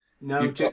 no